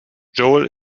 joel